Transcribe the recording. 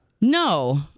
no